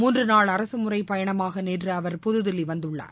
மூன்று நாள் அரசுமுறை பயணமாக நேற்று அவர் புதுதில்லி வந்துள்ளார்